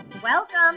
Welcome